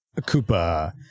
Koopa